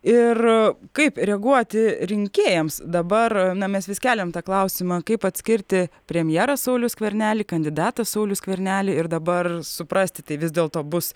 ir kaip reaguoti rinkėjams dabar na mes vis keliam tą klausimą kaip atskirti premjerą saulių skvernelį kandidatą saulių skvernelį ir dabar suprasti tai vis dėlto bus